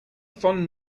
fond